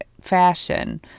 fashion